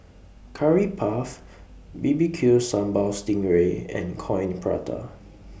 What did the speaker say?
Curry Puff B B Q Sambal Sting Ray and Coin Prata